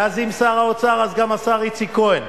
ואז אם שר האוצר אז גם השר איציק כהן,